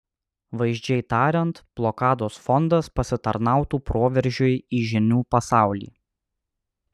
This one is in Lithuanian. vaizdžiai tariant blokados fondas pasitarnautų proveržiui į žinių pasaulį